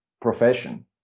profession